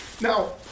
Now